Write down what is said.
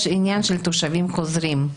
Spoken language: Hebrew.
יש עניין של תושבים חוזרים,